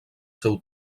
seu